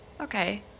Okay